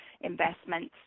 investments